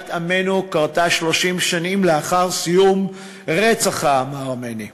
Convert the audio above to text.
שואת עמנו קרתה 30 שנים לאחר סיום רצח העם הארמני,